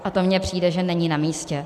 A to mi přijde, že není namístě.